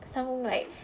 some more like